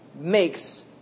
...makes